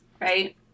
right